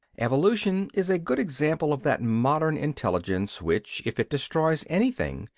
evolution is a good example of that modern intelligence which, if it destroys anything,